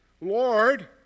lord